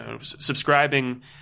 Subscribing